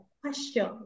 question